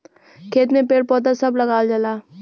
खेत में पेड़ पौधा सभ लगावल जाला